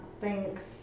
Thanks